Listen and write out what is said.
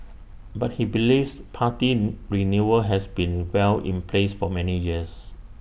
but he believes party renewal has been well in place for many years